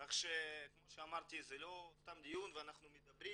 כפי שאמרתי זה לא סתם דיון ואנחנו מדברים